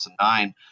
2009